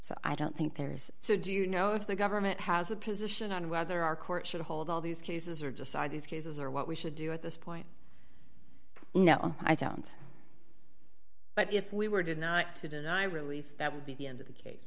so i don't think there's so do you know if the government has a position on whether our court should hold all these cases or just side these cases or what we should do at this point you know i don't but if we were did not to deny relief that would be the end of the case